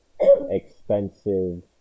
expensive